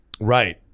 Right